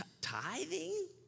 Tithing